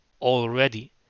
already